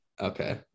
Okay